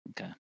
okay